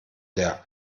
der